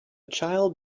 child